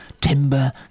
timber